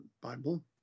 Bible